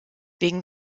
wegen